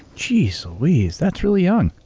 geez louise. that's really young.